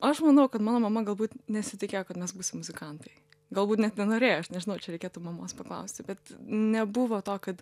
o aš manau kad mano mama galbūt nesitikėjo kad mes būsim muzikantai galbūt net nenorėjo aš nežinau čia reikėtų mamos paklausti bet nebuvo to kad